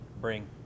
bring